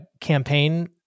campaign